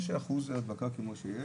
יש אחוז הדבקה כמו שיש,